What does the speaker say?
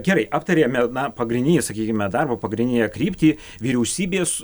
gerai aptarėme na pagrindinį sakykime darbą pagrindinę kryptį vyriausybės